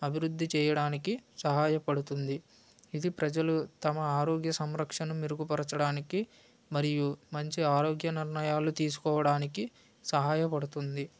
అభివృద్ధి చేయడానికి సహాయపడుతుంది ఇది ప్రజలు తమ ఆరోగ్య సంరక్షణను మెరుగుపరచడానికి మరియు మంచి ఆరోగ్య నిర్ణయాలు తీసుకోవడానికి సహాయపడుతుంది